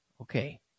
okay